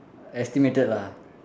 estimated lah